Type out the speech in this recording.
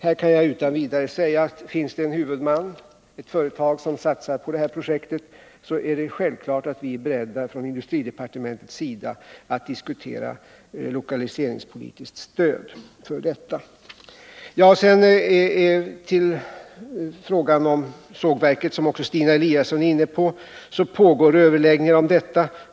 Här kan jag utan vidare säga att finns det en huvudman, ett företag, som satsar på detta projekt, så är det självklart att vi ifrån industridepartementets sida är beredda att diskutera lokaliseringspolitiskt stöd. Sedan till frågan om sågverket, som också Stina Eliasson var inne på. Det pågår överläggningar om detta.